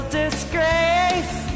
disgrace